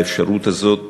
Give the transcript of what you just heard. האפשרות הזאת